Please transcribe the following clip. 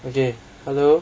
okay hello